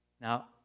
Now